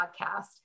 podcast